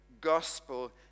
gospel